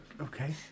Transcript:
Okay